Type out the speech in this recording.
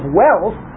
wealth